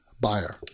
buyer